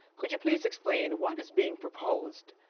could you please explain what is being proposed,